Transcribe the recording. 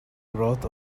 growth